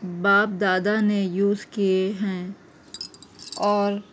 باپ دادا نے یوز کیے ہیں اور